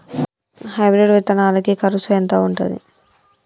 Hybrid విత్తనాలకి కరుసు ఎంత ఉంటది?